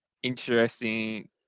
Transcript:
interesting